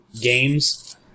games